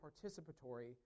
participatory